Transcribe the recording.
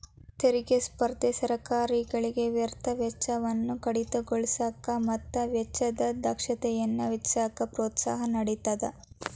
ತೆರಿಗೆ ಸ್ಪರ್ಧೆ ಸರ್ಕಾರಗಳಿಗೆ ವ್ಯರ್ಥ ವೆಚ್ಚವನ್ನ ಕಡಿತಗೊಳಿಸಕ ಮತ್ತ ವೆಚ್ಚದ ದಕ್ಷತೆಯನ್ನ ಹೆಚ್ಚಿಸಕ ಪ್ರೋತ್ಸಾಹ ನೇಡತದ